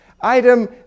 item